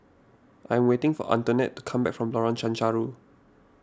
I am waiting for Antoinette to come back from Lorong Chencharu